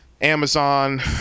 Amazon